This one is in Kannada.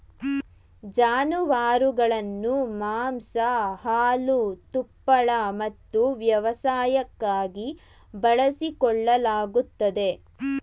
ಜಾನುವಾರುಗಳನ್ನು ಮಾಂಸ ಹಾಲು ತುಪ್ಪಳ ಮತ್ತು ವ್ಯವಸಾಯಕ್ಕಾಗಿ ಬಳಸಿಕೊಳ್ಳಲಾಗುತ್ತದೆ